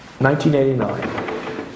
1989